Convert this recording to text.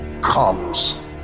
comes